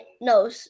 no